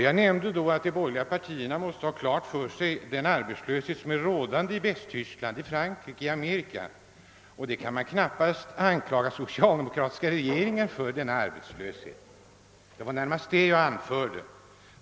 Jag sade att de borgerliga partierna måste vara medvetna om den arbetslöshet som råder i Västtyskland, Frankrike och Amerika. Denna arbetslöshet kan man knappast anklaga den socialdemokratiska regeringen för.